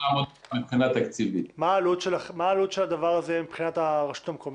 מה העלות של הדבר הזה מבחינת הרשות המקומית?